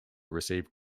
received